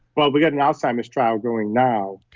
well, we've got an alzheimer's trial going now.